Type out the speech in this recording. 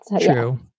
True